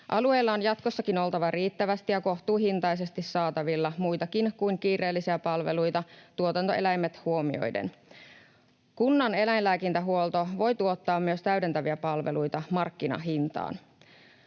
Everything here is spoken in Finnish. Alueella on jatkossakin oltava riittävästi ja kohtuuhintaisesti saatavilla muitakin kuin kiireellisiä palveluita tuotantoeläimet huomioiden. Kunnan eläinlääkintähuolto voi tuottaa myös täydentäviä palveluita markkinahintaan.